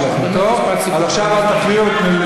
אני מנצל את הזמן שהם הפריעו לי בקריאות ביניים.